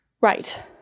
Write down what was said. Right